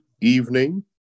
evening